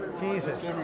Jesus